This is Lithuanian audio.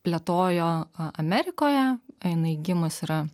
plėtojo a amerikoje jinai gimus yra